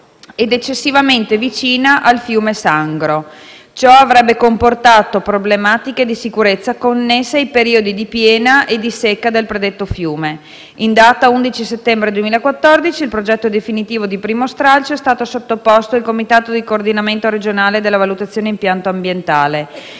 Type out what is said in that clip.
ed eccessivamente vicina al fiume Sangro. Ciò avrebbe comportato problematiche di sicurezza connesse ai periodi di piena e di secca del predetto fiume. In data 11 settembre 2014, il progetto definitivo di primo stralcio è stato sottoposto al Comitato di coordinamento regionale per la valutazione di impatto ambientale